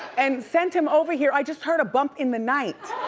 and send him over here. i just heard a bump in the night.